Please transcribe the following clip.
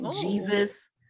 Jesus